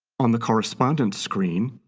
on the correspondent screen,